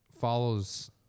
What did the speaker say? follows